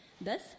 Thus